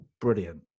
brilliant